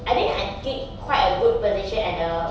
I think I did quite a good position at the